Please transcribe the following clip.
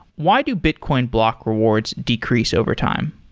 why do bitcoin block rewards decrease over time?